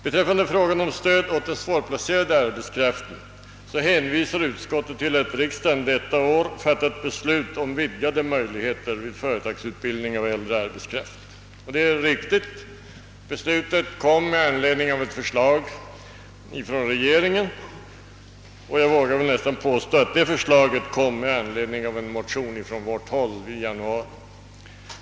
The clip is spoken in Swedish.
Beträffande frågan om stöd till den svårplacerade arbetskraften hänvisar utskottet till att riksdagen detta år fattat beslut om vidgade möjligheter till företagsutbildning av äldre arbetskraft. Det är riktigt. Beslutet fattades med anledning av ett förslag från regeringen, och jag vågar nästan påstå, att förslaget kom upp genom en motion från oss i januari.